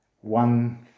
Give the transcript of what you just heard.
one –